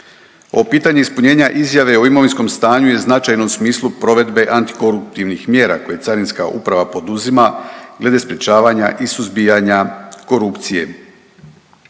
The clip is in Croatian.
O pitanju ispunjenja izjave o imovinskom stanju je u značajnom smislu provedbe antikoruptivnih mjera koje Carinska uprava poduzima, glede sprječavanja i suzbijanja korupcije.